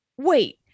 Wait